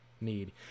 need